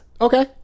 Okay